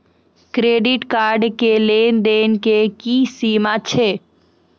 Credit card के लेन देन के की सीमा छै?